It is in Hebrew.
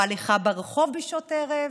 או ללכת ברחוב בשעות ערב,